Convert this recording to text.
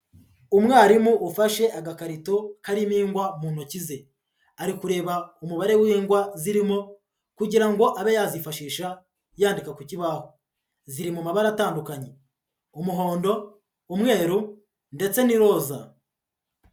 Umwarimu ufashe agakarito karimo ingwa mu ntoki ze, ari kureba umubare w'ingwa zirimo kugira ngo abe yazifashisha yandika ku kibaho, ziri mu mabara atandukanye umuhondo, umweru ndetse n'iroza.